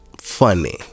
funny